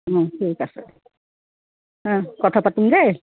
ঠিক আছে কথা পাতিম দেই